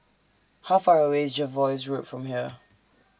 How Far away IS Jervois Road from here